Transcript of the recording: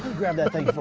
grab that thing but for